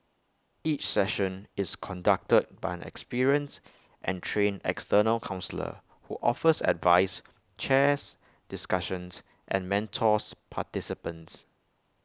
each session is conducted by an experienced and trained external counsellor who offers advice chairs discussions and mentors participants